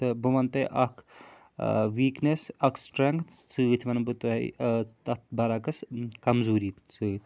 تہٕ بہٕ وَنہٕ تۄہہِ اَکھ ویٖکنیس اَکھ سٕٹرٛنٛگتھ سۭتۍ وَنہٕ بہٕ تۄہہِ تَتھ بَرعکس کَمزوٗری سۭتۍ